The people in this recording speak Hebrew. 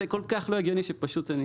זה פשוט לא הגיוני.